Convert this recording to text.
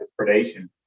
predation